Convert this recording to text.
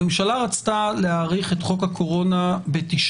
הממשלה רצתה להאריך את חוק הקורונה ב-9